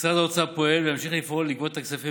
משרד האוצר פועל וימשיך לפעול לגבות את הכספים